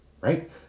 right